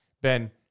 Ben